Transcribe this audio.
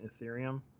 Ethereum